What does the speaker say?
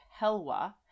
helwa